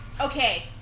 Okay